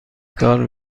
کار